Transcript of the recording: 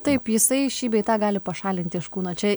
taip jisai šį bei tą gali pašalinti iš kūno čia